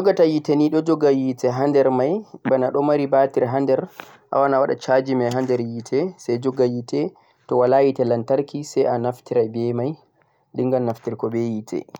ko joghata yite ni do jogha yite ha der mai bana do mari batir ha der a wawan a wada chaji mai ha der yite sai jogha yite to wala yite lantarki sai a naftira beh mai dingan nafturgo beh yite